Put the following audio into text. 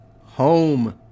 home